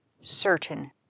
certain